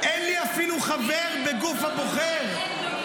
אין לי אפילו חבר בגוף הבוחר.